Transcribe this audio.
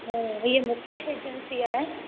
हम्म हीअ मुकेश एजंसी आहे